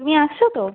তুমি আসছো তো